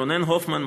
רונן הופמן,